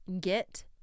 get